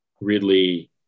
Ridley